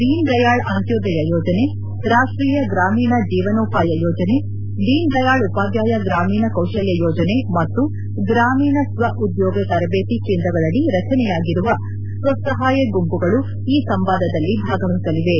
ದೀನ್ ದಯಾಳ್ ಅಂತ್ಯೋದಯ ಯೋಜನೆ ರಾಷ್ವೀಯ ಗ್ರಾಮೀಣ ಜೀವನೋಪಾಯ ಯೋಜನೆ ದೀನ್ ದಯಾಳ್ ಉಪಾಧ್ಯಾಯ ಗ್ರಾಮೀಣ ಕೌಶಲ್ಯ ಯೋಜನೆ ಮತ್ತು ಗ್ರಾಮೀಣ ಸ್ವಉದ್ಯೋಗ ತರಬೇತಿ ಕೇಂದ್ರಗಳಡಿ ರಚನೆಯಾಗಿರುವ ಸ್ವಸಹಾಯ ಗುಂಪುಗಳು ಈ ಸಂವಾದದಲ್ಲಿ ಭಾಗವಹಿಸಲಿವೆ